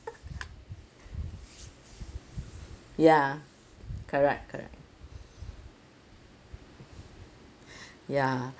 ya correct correct ya